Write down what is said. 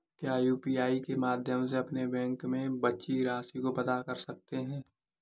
क्या यू.पी.आई के माध्यम से अपने बैंक में बची राशि को पता कर सकते हैं?